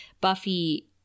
Buffy